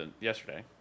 yesterday